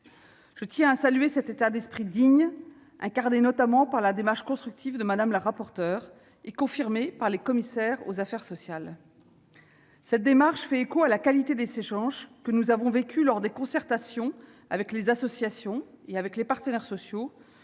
Je tiens à saluer cet état d'esprit digne, incarné notamment par la démarche constructive de Mme la rapporteure et confirmée par les commissaires aux affaires sociales. Cette démarche fait écho à la qualité des échanges que nous avons vécus lors des concertations avec les associations et les partenaires sociaux,